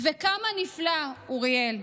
וכמה נפלא, אוריאל,